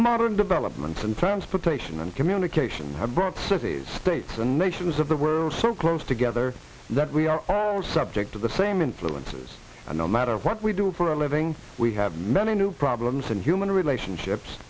modern developments in transportation and communication have brought cities states and nations of the world so close together that we are all subject to the same influences and no matter what we do for a living we have many new problems in human relationships